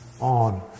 on